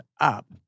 up